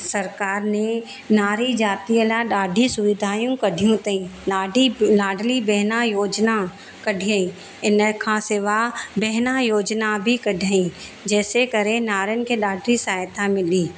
सरकार ने नारी जातीअ लाइ ॾाढी सुविधाऊं कढियूं अथाईं लाढी लाडली बहना योजना कढियाईं इन खां सवाइ बहना योजना बि कढियाईं जैसे करे नारियुनि खे ॾाढी सहायता मिली